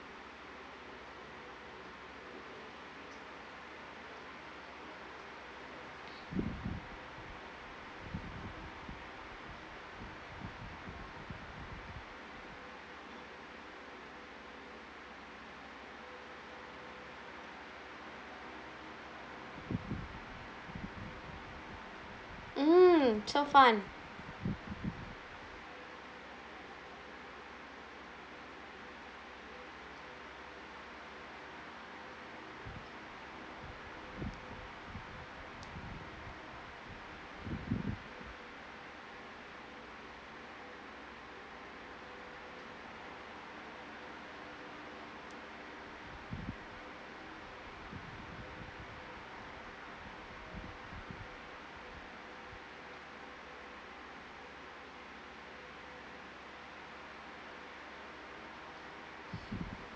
mm so fun